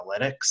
analytics